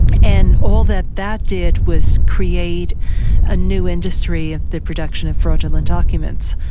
and all that that did was create a new industry of the production of fraudulent documents.